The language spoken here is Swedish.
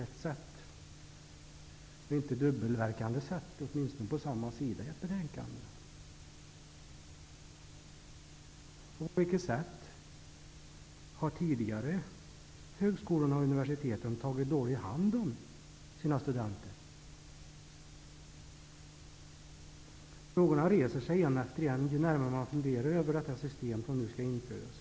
Man kan inte inta en dubbel hållning, åtminstone inte på samma sida i betänkandet. På vilket sätt har högskolorna och universiteten tidigare tagit hand om sina studenter? Frågorna reser sig en efter en ju närmare man funderar över det system som nu skall införas.